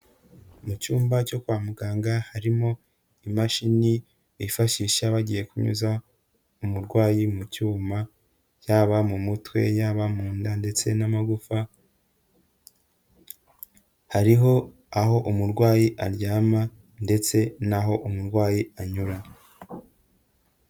Mu cyumba cyo kwa muganga harimo imashini bifashishya bagiye kunyuza umurwayi mu cyuma, yaba mu mutwe, yaba munda ndetse n'amagufa, hariho aho umurwayi aryama ndetse n'aho umurwayi anyura.